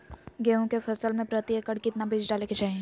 गेहूं के फसल में प्रति एकड़ कितना बीज डाले के चाहि?